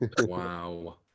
Wow